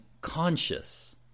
conscious